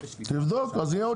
דוד, זה חוק